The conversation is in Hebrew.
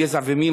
גזע ומין,